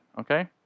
okay